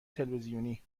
تلویزیونی